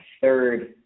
third